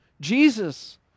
Jesus